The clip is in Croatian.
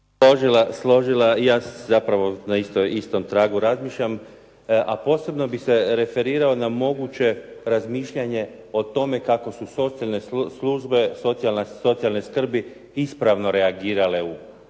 … i ja zapravo na istom tragu razmišljam. A posebno bih se referirao na moguće razmišljanje o tome kako su socijalne službe socijalne skrbi ispravno reagirale u